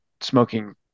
smoking